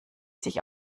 sich